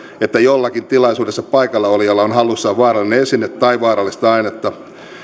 että jollakin tilaisuudessa paikalla olijalla on hallussaan vaarallinen esine tai vaarallista ainetta